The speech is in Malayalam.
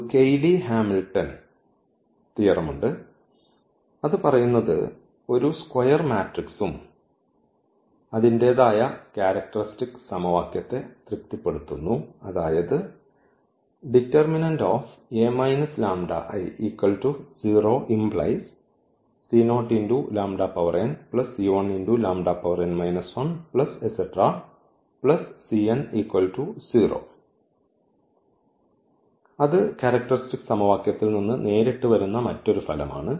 ഒരു കെയ്ലി ഹാമിൽട്ടൺ സിദ്ധാന്തമുണ്ട് അത് പറയുന്നത് ഓരോ സ്ക്വയർ മാട്രിക്സും അതിന്റേതായ ക്യാരക്ടർസ്റ്റിക്സ് സമവാക്യത്തെ തൃപ്തിപ്പെടുത്തുന്നു അതായത് അത് ക്യാരക്ടർസ്റ്റിക്സ് സമവാക്യത്തിൽ നിന്ന് നേരിട്ട് വരുന്ന മറ്റൊരു ഫലമാണ്